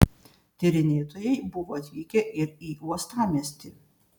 tyrinėtojai buvo atvykę ir į uostamiestį